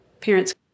parents